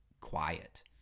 quiet